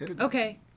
Okay